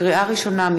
לקריאה ראשונה,